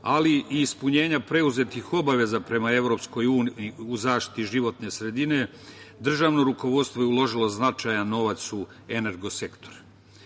ali i ispunjenja preuzetih obaveza prema EU u zaštiti životne sredine, državno rukovodstvo je uložilo značajan novac u energosektor.